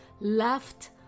left